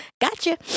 Gotcha